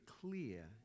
clear